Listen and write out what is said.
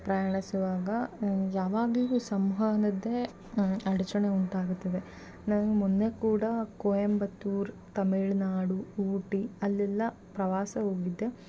ಪ್ರಯಾಣಿಸುವಾಗ ನಂಗೆ ಯಾವಾಗ್ಲೂ ಸಂವಹನದ್ದೇ ಅಡಚಣೆ ಉಂಟಾಗುತ್ತದೆ ನಂಗೆ ಮೊನ್ನೆ ಕೂಡ ಕೊಯಂಬತ್ತೂರ್ ತಮಿಳ್ನಾಡು ಊಟಿ ಅಲ್ಲೆಲ್ಲ ಪ್ರವಾಸ ಹೋಗಿದ್ದೆ